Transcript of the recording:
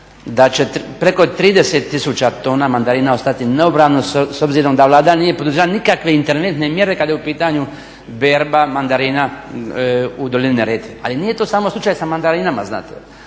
da će preko 30 tisuća tona mandarina ostati neobrano s obzirom da Vlada nije poduzela nikakve interventne mjere kada je u pitanju berba mandarina u dolini Neretve, ali nije to samo slučaj sa mandarinama, znate.